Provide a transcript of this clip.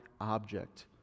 object